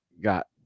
got